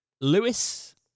Lewis